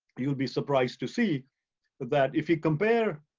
you will be surprised to see that if you compare